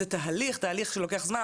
זה תהליך שלוקח זמן.